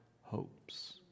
hopes